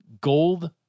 gold